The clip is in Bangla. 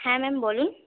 হ্যাঁ ম্যাম বলুন